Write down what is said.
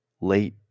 late